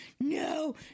no